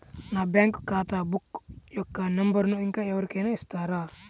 నా బ్యాంక్ ఖాతా బుక్ యొక్క నంబరును ఇంకా ఎవరి కైనా ఇస్తారా?